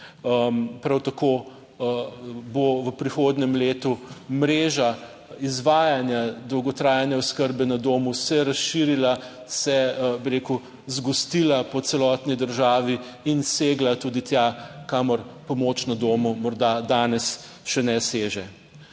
Prav tako bo v prihodnjem letu mreža izvajanja dolgotrajne oskrbe na domu se razširila, se, bi rekel, zgostila po celotni državi in segla tudi tja, kamor pomoč na domu morda danes še ne seže.